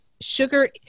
Sugar